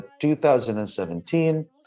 2017